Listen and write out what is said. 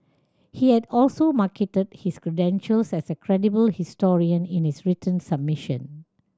he had also marketed his credentials as a credible historian in his written submission